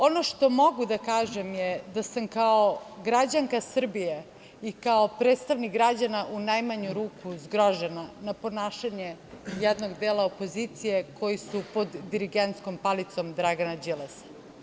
Ono što mogu da kažem je da sam kao građanka Srbije i kao predstavnik građana, u najmanju ruku, zgrožena na ponašanje jednog dela opozicije koji su pod dirigentskom palicom Dragana Đilasa.